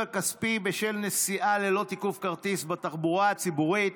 הכספי בשל נסיעה ללא תיקוף כרטיס בתחבורה ציבורית